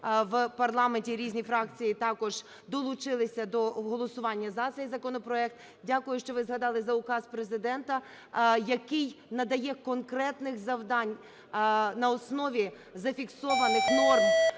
в парламенті, різні фракції також долучилися до голосування за цей законопроект. Дякую, що ви загадали за указ Президента, який надає конкретних завдань на основі зафіксованих норм